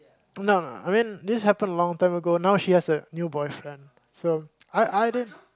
no no I mean this happen a long time ago now she has a new boyfriend so I I didn't